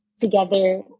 together